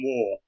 War